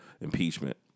impeachment